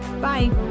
Bye